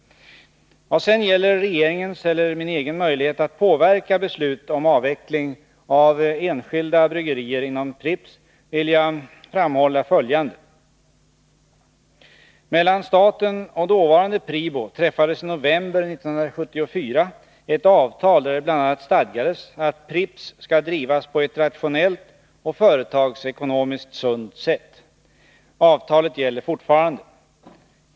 Vad sedan gäller regeringens eller min egen möjlighet att påverka beslut om avveckling av enskilda bryggerier inom Pripps vill jag framhålla följande. Mellan staten och dåvarande PRIBO träffades i november 1974 ett avtal, där det bl.a. stadgades att Pripps skall drivas på ett rationellt och företagsekonomiskt sunt sätt. Avtalet gäller fortfarande.